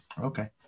okay